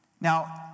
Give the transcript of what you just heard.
Now